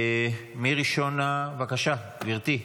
מי, ראשונה, בבקשה, גברתי.